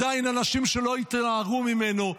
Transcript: אנשים שעדיין לא התנערו ממנו.